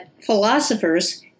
philosophers